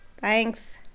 Thanks